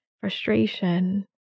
frustration